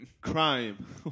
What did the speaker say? Crime